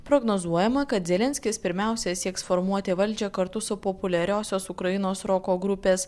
prognozuojama kad zelenskis pirmiausia sieks formuoti valdžią kartu su populiariosios ukrainos roko grupės